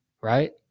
right